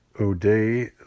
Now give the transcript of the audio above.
O'Day